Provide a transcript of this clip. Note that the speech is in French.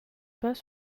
pas